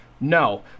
No